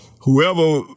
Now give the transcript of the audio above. Whoever